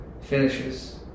finishes